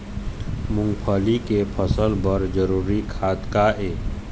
मूंगफली के फसल बर जरूरी खाद का ये?